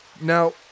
now